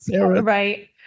Right